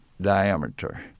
diameter